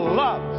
love